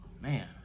man